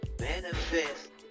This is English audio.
Manifest